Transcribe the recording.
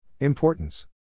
Importance